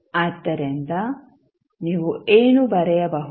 ಆದ್ದರಿಂದ ನೀವು ಏನು ಬರೆಯಬಹುದು